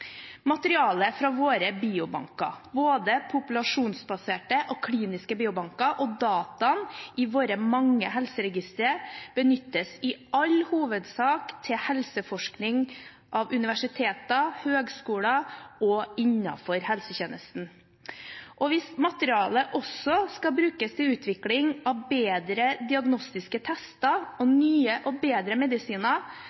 Materialet fra våre biobanker, både populasjonsbaserte og kliniske biobanker, og dataene i våre mange helseregistre benyttes i all hovedsak til helseforskning av universiteter, høyskoler og innenfor helsetjenesten. Hvis materialet også skal brukes til utvikling av bedre diagnostiske tester og